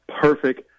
Perfect